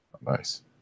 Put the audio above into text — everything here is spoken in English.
Nice